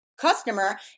customer